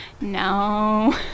No